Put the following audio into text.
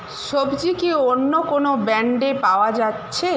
সবজি কি অন্য কোনও ব্র্যাণ্ডে পাওয়া যাচ্ছে